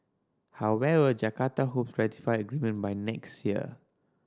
however Jakarta hopes ratify the agreement by next year